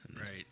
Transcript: Right